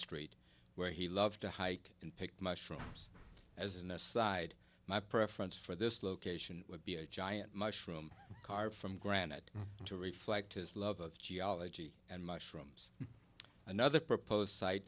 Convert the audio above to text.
street where he loved to hike and pick mushrooms as an aside my preference for this location would be a giant mushroom card from granite to reflect his love of geology and mushrooms another proposed site